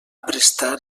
prestar